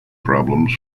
problems